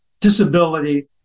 disability